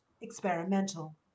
Experimental